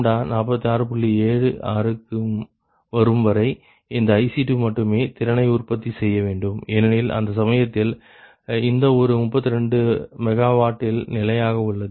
76 க்கு வரும்வரை இந்த IC2 மட்டுமே திறனை உற்பத்தி செய்ய வேண்டும் ஏனெனில் அந்த சமயத்தில் இந்த ஒன்று 32 MWஇல் நிலையாக உள்ளது